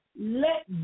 Let